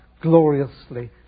gloriously